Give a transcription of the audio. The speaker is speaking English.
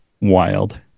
wild